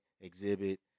Exhibit